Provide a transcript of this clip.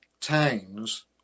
times